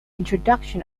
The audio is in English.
introduction